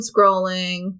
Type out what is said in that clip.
scrolling